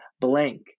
blank